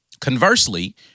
Conversely